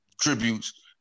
tributes